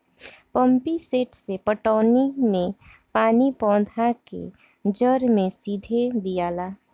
pump set से पटौनी मे पानी पौधा के जड़ मे सीधे दियाला